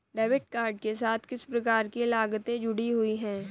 Debit card के साथ किस प्रकार की लागतें जुड़ी हुई हैं?